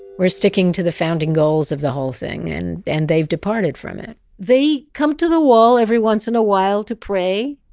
we're sticking to the founding goals of the whole thing and and they've departed from it they come to the wall every once in a while to pray.